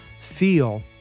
feel